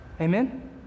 amen